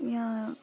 यहाँ